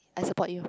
I support you